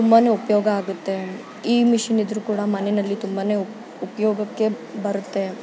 ತುಂಬಾ ಉಪಯೋಗ ಆಗುತ್ತೆ ಈ ಮಿಷಿನ್ ಇದ್ದರು ಕೂಡ ಮನೆಯಲ್ಲಿ ತುಂಬಾ ಉಪ ಉಪಯೋಗಕ್ಕೆ ಬರುತ್ತೆ